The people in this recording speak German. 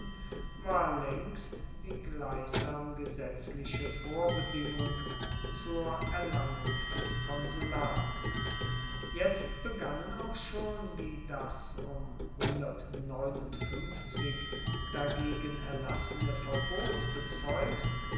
war längst die gleichsam gesetzliche vorbedingung zur erlangung des konsulats jetzt begannen auch schon wie das um dagegen erlassene verbot bezeugt